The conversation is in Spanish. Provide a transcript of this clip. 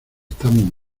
estamos